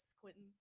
Quentin